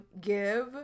give